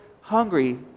hungry